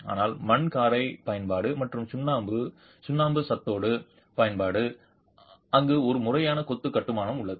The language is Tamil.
ஆனால் மண் காரை பயன்பாடு மற்றும் சுண்ணாம்பு சுண்ணச் சாந்தோடு பயன்பாடு அங்கு ஒரு முறையான கொத்து கட்டுமானம் உள்ளது